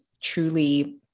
truly